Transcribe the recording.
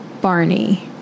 Barney